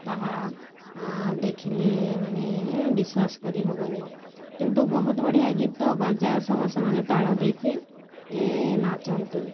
ତାହା ଦେଖିଲେ ମାନେ ବିଶ୍ୱାସ କରି ହେବନି କିନ୍ତୁ ବହୁତ ବଢ଼ିଆ ଗୀତ ବାଜା ସହ ସେମାନେ ତାଳ ଦେଇକି ନାଚନ୍ତି